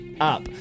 up